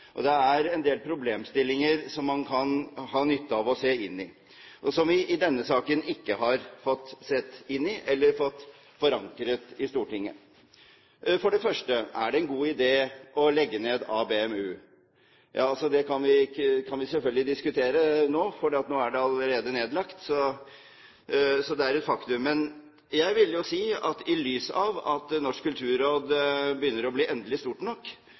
og det er en del problemstillinger man kan ha nytte av å se inn i, men som man i denne saken ikke har fått sett inn i eller fått forankret i Stortinget. For det første: Er det en god idé å legge ned ABM-utvikling? Ja, det kan vi selvfølgelig ikke diskutere nå fordi det allerede er nedlagt – det er et faktum. Men jeg vil jo si at i lys av at Norsk kulturråd endelig begynner å bli stort nok,